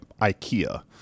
Ikea